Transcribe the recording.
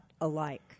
alike